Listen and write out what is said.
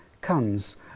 comes